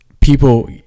people